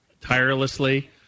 tirelessly